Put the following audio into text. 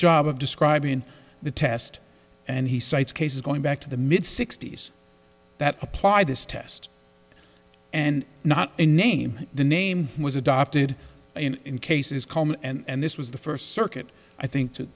job of describing the test and he cites cases going back to the mid sixty's that applied this test and not a name the name was adopted in cases common and this was the first circuit i think to